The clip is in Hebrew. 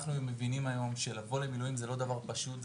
אנחנו מבינים היום שלבוא למילואים זה לא דבר פשוט,